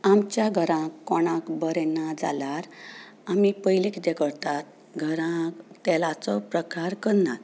आमच्या घरा कोणाक बरें ना जाल्यार आमी पयलीं कितें करतात घरा तेलाचो प्रकार करनात